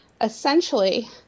Essentially